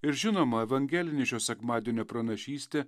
ir žinoma evangelinė šio sekmadienio pranašystė